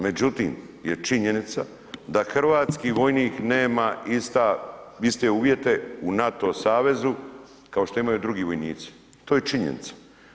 Međutim, je činjenica da hrvatski vojnik nema iste uvjete u NATO savezu kao što imaju drugi vojnici, to je činjenica.